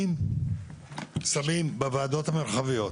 אם שמים בוועדות המרחביות